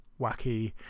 wacky